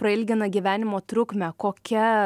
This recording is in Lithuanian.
prailgina gyvenimo trukmę kokia